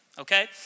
Okay